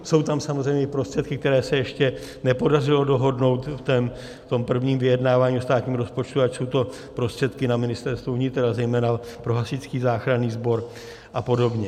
Jsou tam samozřejmě prostředky, které se ještě nepodařilo dohodnout v tom prvním vyjednávání o státním rozpočtu, ať jsou to prostředky na Ministerstvu vnitra, zejména pro Hasičský záchranný sbor apod.